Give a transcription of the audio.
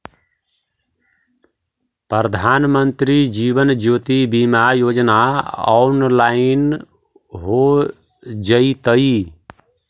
प्रधानमंत्री जीवन ज्योति बीमा योजना ऑनलाइन हो जइतइ